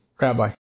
Rabbi